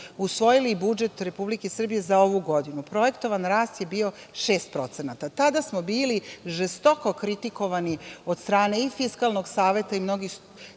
usvojili budžet Republike Srbije za ovu godinu, projektovan rast je bio 6%. Tada smo bili žestoko kritikovani od strane i Fiskalnog saveta i mnogih